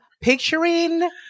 picturing